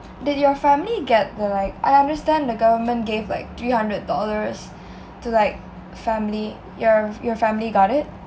did your family get the like I understand the government gave like three hundred dollars to like family your your family got it